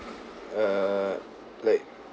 err like